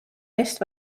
eest